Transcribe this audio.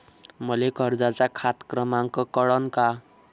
मले कर्जाचा खात क्रमांक कळन का?